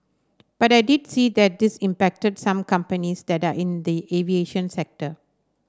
but I did see that this impacted some companies that are in the aviation sector